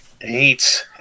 Eight